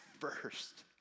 first